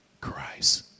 Christ